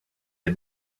had